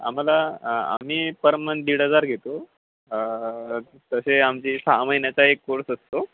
आम्हाला आम्ही per month दीड हजार घेतो तसे आमची सहा महिन्याचा एक कोर्स असतो